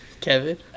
Kevin